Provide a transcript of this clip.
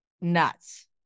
nuts